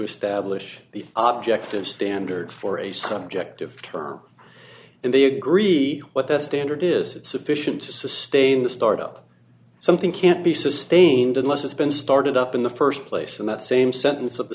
establish the object of standard for a subjective term and they agree what the standard is it's sufficient to sustain the start up something can't be sustained unless it's been started up in the st place and that same sentence of the